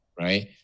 right